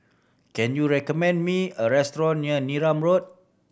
can you recommend me a restaurant near Neram Road